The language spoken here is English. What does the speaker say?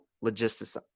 logistics